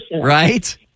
right